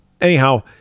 anyhow